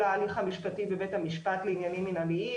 ההליך המשפטי בבית המשפט לעניינים מנהליים.